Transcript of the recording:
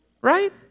Right